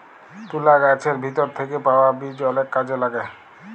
তুলা গাহাচের ভিতর থ্যাইকে পাউয়া বীজ অলেক কাজে ল্যাগে